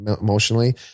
emotionally